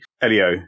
Elio